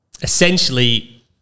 essentially